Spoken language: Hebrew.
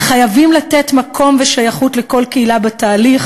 חייבים לתת מקום ושייכות לכל קהילה בתהליך